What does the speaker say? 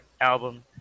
album